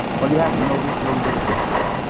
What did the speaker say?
well, you have to know just a little bit of history.